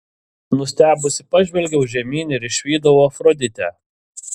nustebusi pažvelgiau žemyn ir išvydau afroditę